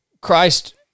Christ